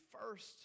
first